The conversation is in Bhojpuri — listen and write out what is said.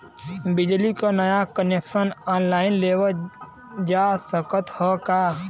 बिजली क नया कनेक्शन ऑनलाइन लेवल जा सकत ह का?